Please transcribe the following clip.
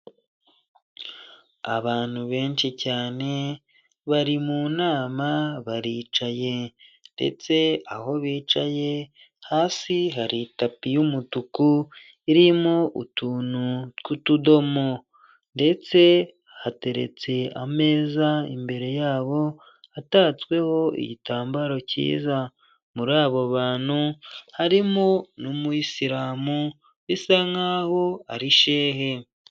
Abantu benshi cyane bari mu nama baricaye ndetse aho bicaye hasi hari itapi y'umutuku irimo utuntu tw'utudomo ndetse hateretse ameza imbere yabo atatsweho igitambaro cyiza, muri abo bantu harimo n'umuyisilamu bisa nk'aho ari shehe.